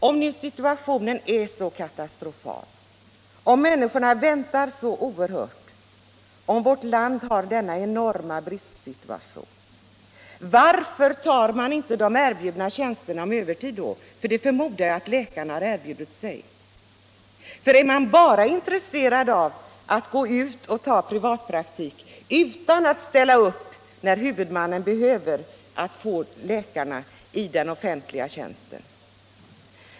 Om nu situationen är så katastrofal, herr Ringaby, om människorna väntat så oerhört länge på läkarvård och om vårt land har denna enorma läkarbrist, varför tar då inte läkarna de erbjudna tjänsterna på sin övertid? —- Jag förmodar att läkarna har erbjudit sig att göra det, men är de bara intresserade av att få privatpraktiken, utan att vilja ställa upp också när huvudmannen behöver dem i den offentliga tjänsten?